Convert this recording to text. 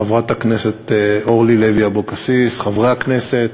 חברת הכנסת אורלי לוי אבקסיס, חברי הכנסת,